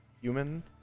human